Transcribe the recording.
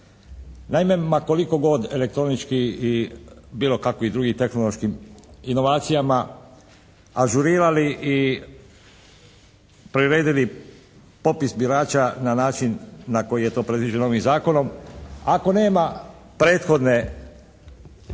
Naime ma koliko god elektroničkim i bilo kakvim drugim tehnološkim inovacijama ažurirali i priredili popis birača na način na koji je to predviđeno novim zakonom, ako nema prethodne